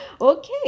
okay